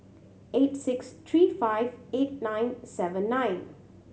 eight six three five eight nine seven nine